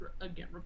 again